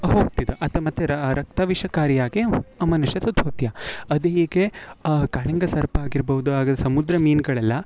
ಹೋಗ್ತಾ ಇದು ಅದು ಮತ್ತೆ ರಕ್ತ ವಿಷಕಾರಿಯಾಗೇ ಮನುಷ್ಯ ಸತ್ತು ಹೋತ್ಯ ಅದು ಹೀಗೆ ಕಾಳಿಂಗ ಸರ್ಪ ಆಗಿರ್ಬಹುದು ಆದರೆ ಸಮುದ್ರ ಮೀನುಗಳೆಲ್ಲ